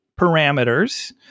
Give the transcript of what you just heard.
parameters